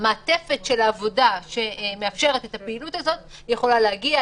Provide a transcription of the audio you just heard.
המעטפת של העבודה שמאפשרת את הפעילות הזאת יכולה להגיע.